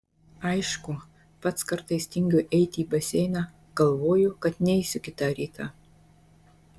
aišku pats kartais tingiu eiti į baseiną galvoju kad nueisiu kitą rytą